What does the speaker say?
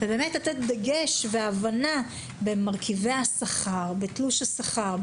באמת לתת דגש והבנה בין מרכיבי השכר בתלוש השכר,